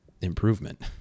improvement